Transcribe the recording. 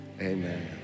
Amen